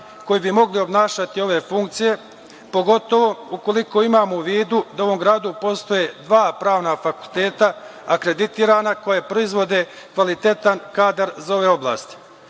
koji bi mogli obnašati ove funkcije, pogotovo ukoliko imamo u vidu da u ovom gradu postoje dva pravna fakulteta, akreditovana, koji proizvode kvalitetan kadar iz ove oblasti? Ova